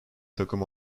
takım